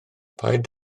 paid